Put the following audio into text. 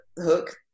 hook